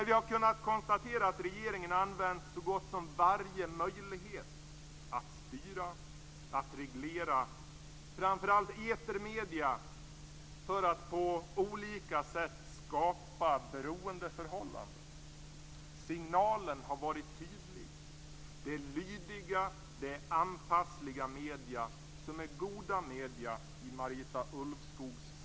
Vi har kunnat konstatera att regeringen använt så gott som varje möjlighet att styra och reglera framför allt etermedierna för att på olika sätt skapa beroendeförhållanden. Signalen har varit tydlig. Det är lydiga och anpassliga medier som är goda medier i Marita Ulvskogs Sverige.